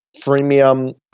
freemium